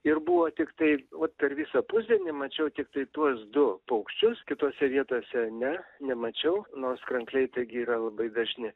ir buvo tiktai vat per visą pusdienį mačiau tiktai tuos du paukščius kitose vietose ne nemačiau nors krankliai taigi yra labai dažni